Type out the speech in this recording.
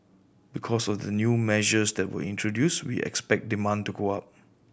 because of the new measures that were introduced we expect demand to go up